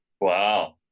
Wow